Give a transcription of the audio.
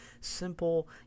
simple